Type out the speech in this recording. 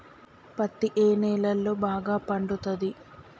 పత్తి ఏ నేలల్లో బాగా పండుతది?